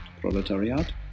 proletariat